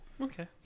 Okay